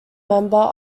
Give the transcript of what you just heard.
member